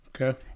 Okay